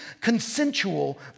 consensual